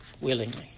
willingly